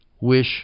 wish